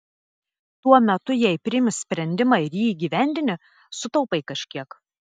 tuo metu jei priimi sprendimą ir jį įgyvendini sutaupai kažkiek